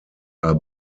are